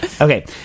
Okay